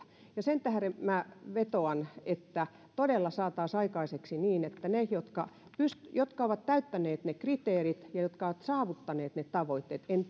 sen tähden minä vetoan että todella saataisiin aikaiseksi se että ne jotka ovat täyttäneet ne kriteerit ja jotka ovat saavuttaneet ne tavoitteet en